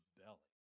belly